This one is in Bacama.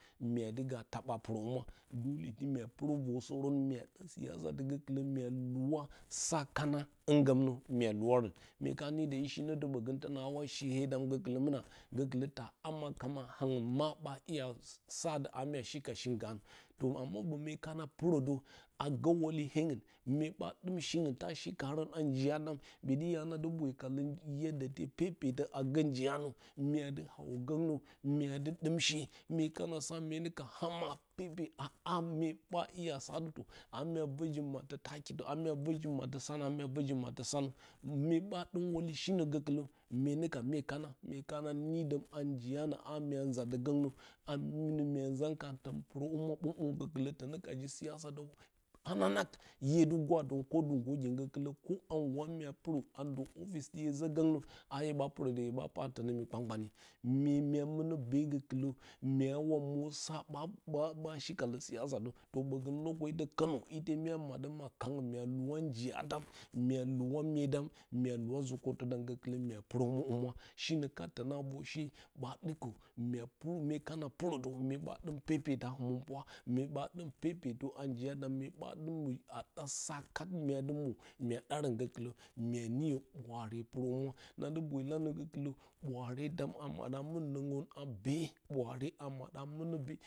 Mya dɨ ga taba purohumura mya purə vosorə mua da siyasa gokɨlə mua luwa sa kana hingom nə mua luwargu mye ka nidə ishi nodə ɓogə tonawa shi hedam gokɨlə muna, go kɨlə ta ama kam a hangu ma ba iya sa amya amya shi ka she ganə to ɓo mye kaa purə də agə wule hengu mye bə əum shingu da shi karə a njiya dam ɗoti ya na dɨ boyə ka lə pepesa a gə njiya nə mya dɨ hawo gonnə mya dɨ dɨm she mye kana sa myenə ka ama pepe a ha mye ba iya sati amna vor ji mattə sanə amya vorji mattə sanə mye ɓə dɨ wuleshi nə gokɨlə mye nə ka mye kana mye kana nidəm a njiyanə a mya nza də gonnə a minə mua zam karə tou purə humwa bongbon gokɨlə tona ka ji siyasa hananang iye dɨ gwadorən dɨ ndo gyengyo gokɨlə ko nye zo gongnə aye ɓa purə də hye ɓa parə tonə myi kpankpanye mye mya munəbe gokɨlə mya wo mwo saɓaɓa shi ka lə siyasa ɓgə to konə idemna madəm a kangyo mya luwam njiya dam mya luura myedam mya luura nzi kottə dam gokilə mya puruo humwa shinə kat tonaa vor she ɓa dikə mya pur myekana puradə mye ɓa dikə mya pur muelana purodə mue ɓa dɨm pepeta həminpira, mue ɓa dɨm pepeta həminpira, mue ɓa dɨm pepetə a njiya dam myedum a ɗa sa kat mua dɨ mwo muya ɗarə gokɨlə mya niyayturn ɓwaare purohumwa na dɨ boyi lanə gokilə ɓwaare dam a maɗo mun norə a be ɓwaana a moɗa munə be.